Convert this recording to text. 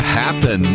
happen